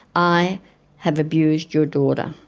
i have abused your daughter.